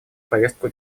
повестку